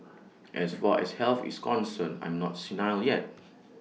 as far as health is concerned I'm not senile yet